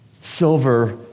silver